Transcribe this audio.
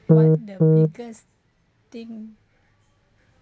what is the biggest thing